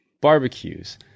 barbecues